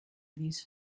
these